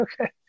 okay